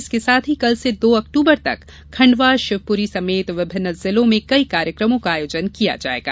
इसके साथ ही कल से अक्टूबर तक खंडवा शिवपुरी समेत विभिन्न जिलों में कई कार्यक्रमों का आयोजन किया जायेगा